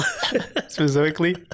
Specifically